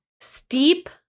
Steep